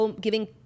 giving